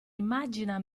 immagina